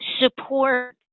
support